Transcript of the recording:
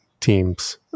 teams